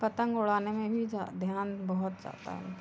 पतंग उड़ाने में भी ध्यान बहुत ज़्यादा है उनका